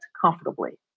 comfortably